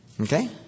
Okay